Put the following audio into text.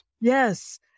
Yes